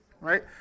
right